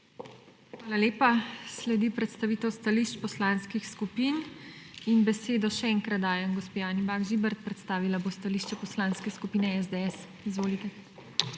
Hvala lepa. Sledi predstavitev stališč poslanskih skupin. Besedo še enkrat dajem gospe Anji Bah Žibert, predstavila bo stališče Poslanske skupine SDS. Izvolite.